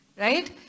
right